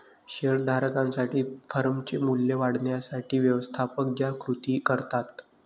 share धारकांसाठी फर्मचे मूल्य वाढवण्यासाठी व्यवस्थापक ज्या कृती करतात